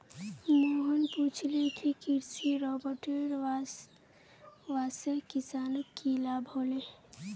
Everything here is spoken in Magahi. मोहन पूछले कि कृषि रोबोटेर वस्वासे किसानक की लाभ ह ले